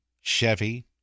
Chevy